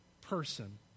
person